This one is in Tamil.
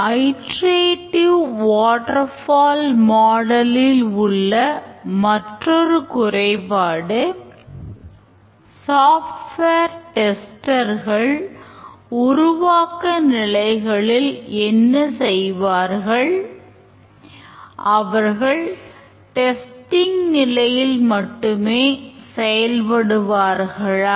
ஐட்ரேடிவ் வாட்டர் ஃபால் மாடலில் நிலையில் மட்டுமே செயல்படுவார்களா